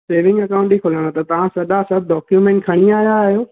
saving account ई खोलाइणो अथव तव्हां सॼा सभु डॉक्यूमेंट खणी आया आहियो